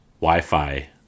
Wi-Fi